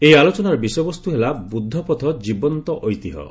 ଏହି ଆଲୋଚନାର ବିଷୟବସ୍ତୁ ହେଲା 'ବୁଦ୍ଧପଥ ଜୀବନ୍ତ ଐତିହ୍ୟ'